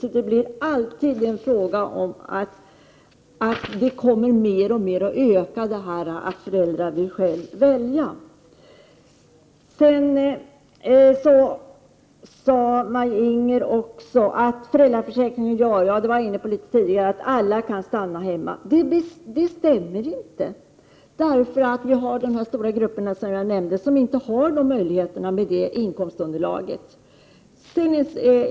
Därför blir det alltmer angeläget att föräldrarna själva får välja. Maj-Inger Klingvall sade också när det gäller föräldraförsäkringen, vilket jag tidigare har varit inne på, att alla kan stanna hemma. Men det stämmer inte överens med verkligheten. Se bara på de stora grupper som jag nämnde som inte har möjligheter att stanna hemma på grund av inkomstunderlaget!